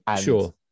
Sure